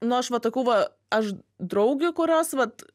nu aš va tokių va aš draugių kurios vat